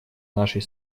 нашей